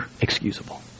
excusable